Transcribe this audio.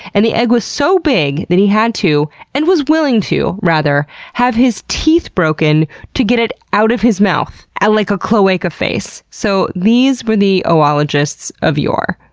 and the egg was so big that he had to and was willing to, rather have his teeth broken to get it out of his mouth. ah like a cloaca face. so, these were the oologists of yore.